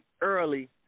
early